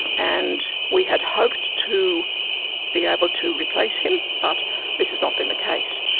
and we had hoped to be able to replace him, but this has not been the case.